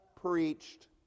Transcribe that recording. preached